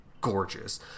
gorgeous